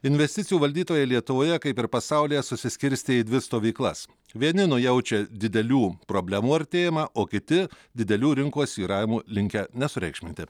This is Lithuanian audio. investicijų valdytojai lietuvoje kaip ir pasaulyje susiskirstė į dvi stovyklas vieni nujaučia didelių problemų artėjimą o kiti didelių rinkos svyravimų linkę nesureikšminti